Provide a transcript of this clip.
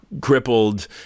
crippled